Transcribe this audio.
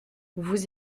vous